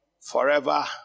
forever